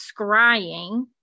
scrying